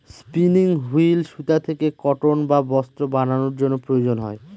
spinning wheel সুতা থেকে cotton বা বস্ত্র বানানোর জন্য প্রয়োজন হয়